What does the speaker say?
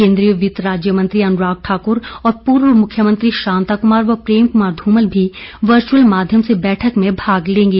केन्द्रीय वित्त राज्य मंत्री अनुराग ठाकुर और पूर्व मुख्यमंत्री शांता कुमार व प्रेम कुमार ध्रमल भी वर्च्रअल माध्यम से बैठक में भाग लेंगे